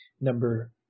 number